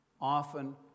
Often